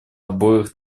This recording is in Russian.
обоих